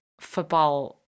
football